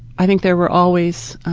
i think there were always,